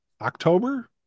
october